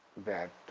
that